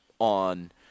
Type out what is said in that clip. on